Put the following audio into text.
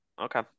Okay